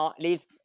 leads